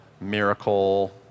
miracle